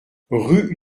rue